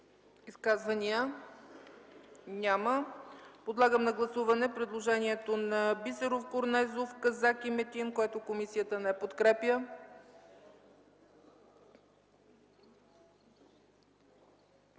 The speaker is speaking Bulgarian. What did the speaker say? Изказвания? Няма. Гласуваме предложенията на Бисеров, Корнезов, Казак и Метин, които комисията не подкрепя.